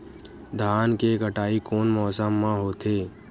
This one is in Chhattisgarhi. धान के कटाई कोन मौसम मा होथे?